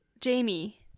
jamie